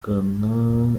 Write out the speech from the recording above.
kwigana